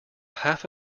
half